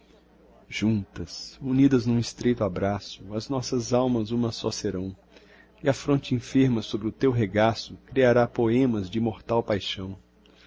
juntas unidas num estreito abraço as nossas almas uma só serão e a fronte enferma sobre o teu regaço criará poemas dimortal paixão